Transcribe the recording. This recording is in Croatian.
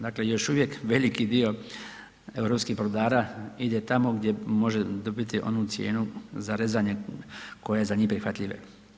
Dakle, još uvijek veliki dio europskih brodara ide tamo gdje može dobiti onu cijenu za rezanje koja je za njih prihvatljivija.